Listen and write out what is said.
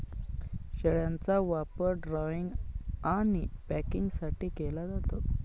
शेळ्यांचा वापर ड्रायव्हिंग आणि पॅकिंगसाठी केला जातो